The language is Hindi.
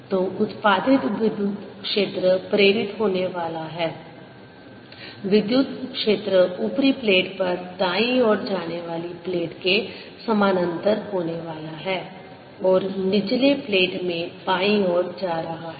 तो उत्पादित विद्युत क्षेत्र प्रेरित होने वाला है विद्युत क्षेत्र ऊपरी प्लेट पर दाईं ओर जाने वाली प्लेट के समानांतर होने वाला है और निचले प्लेट में बाईं ओर जा रहा है